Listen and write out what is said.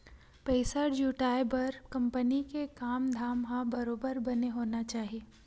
पइसा जुटाय बर कंपनी के काम धाम ह बरोबर बने होना चाही